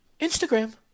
Instagram